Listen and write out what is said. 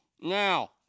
Now